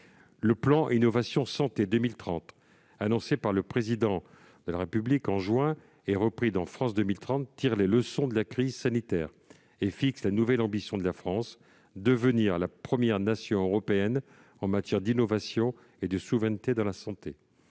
Le plan Innovation Santé 2030, annoncé par le Président de la République en juin dernier, et repris dans le plan France 2030, tire les leçons de la crise sanitaire et fixe la nouvelle ambition de la France : devenir la première nation européenne en matière d'innovation et de souveraineté dans la santé.